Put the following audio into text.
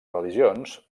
religions